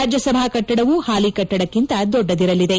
ರಾಜ್ಯಸಭಾ ಕಟ್ಟಡವೂ ಹಾಲಿ ಕಟ್ಟಡಕ್ಕಿಂತ ದೊಡ್ಡದಿರಲಿದೆ